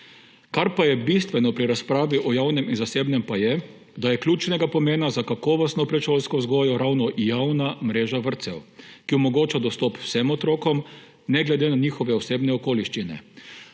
Kar pa je bistveno pri razpravi o javnem in zasebnem, pa je, da je ključnega pomena za kakovostno predšolsko vzgojo ravno javna mreža vrtcev, ki omogoča dostop vsem otrokom, ne glede na njihove osebne okoliščine.